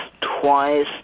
twice